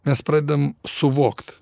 mes pradedam suvokt